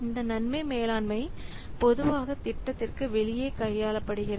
இந்த நன்மை மேலாண்மை பொதுவாக திட்டத்திற்கு வெளியே கையாளப்படுகிறது